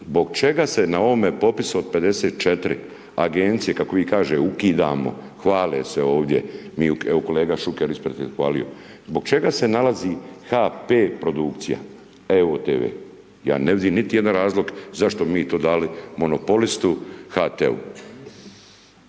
Zbog čega se na ovom popisu od 54 Agencije, kako vi kažete, ukidamo, hvale se ovdje, evo kolega Šuker ispred je hvalio. Zbog čega se nalazi HP produkcija evo-tv? Ja ne vidim niti jedan razlog zašto bi mi to dali monopolistu, HT-u?